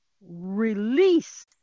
release